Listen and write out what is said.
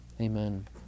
amen